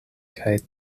kaj